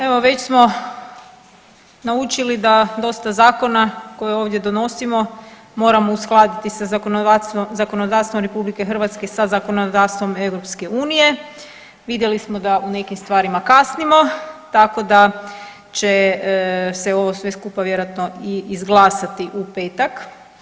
Evo već smo naučili da dosta zakona koje ovdje donosimo moramo uskladiti sa zakonodavstvom RH sa zakonodavstvom EU, vidjeli smo da u nekim stvarima kasnimo tako da će se ovo sve skupa vjerojatno i izglasati u petak.